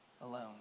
alone